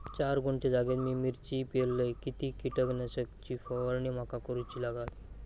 चार गुंठे जागेत मी मिरची पेरलय किती कीटक नाशक ची फवारणी माका करूची लागात?